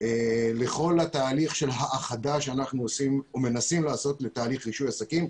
לכל התהליך של האחדה שאנחנו עושים או מנסים לעשות לתהליך רישוי עסקים,